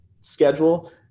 schedule